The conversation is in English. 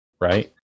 right